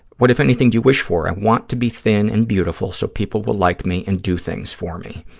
what, if anything, do you wish for? i want to be thin and beautiful so people will like me and do things for me.